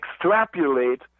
extrapolate